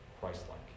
Christ-like